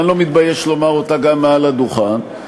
ואני לא מתבייש לומר אותה גם מעל הדוכן,